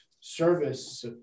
service